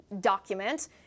document